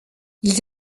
ils